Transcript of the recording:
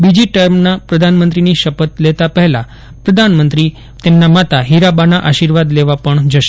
બીજી ટર્મના પ્રધાનમંત્રીની શપથ લેતા પહેલા પ્રધાનમંત્રી માતા હીરાબાના આર્શીવાદ લેવા જશે